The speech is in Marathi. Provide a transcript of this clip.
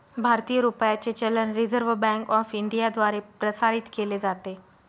भारतीय रुपयाचे चलन रिझर्व्ह बँक ऑफ इंडियाद्वारे प्रसारित केले जाते